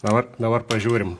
dabar dabar pažiūrim